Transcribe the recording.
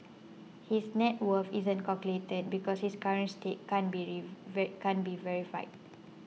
his net worth isn't calculated because his current stake can't be verified